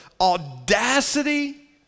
audacity